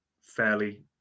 fairly